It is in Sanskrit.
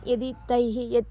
यदि तैः यत्